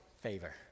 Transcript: favor